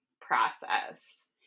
process